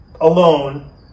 alone